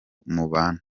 mubana